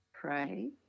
Pray